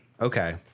Okay